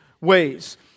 ways